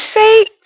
say